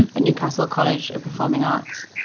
and a newcastle college of performing arts.